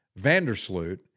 Vandersloot